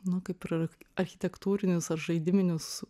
nu kaip ir architektūrinius ar žaidiminius